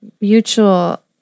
mutual